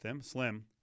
slim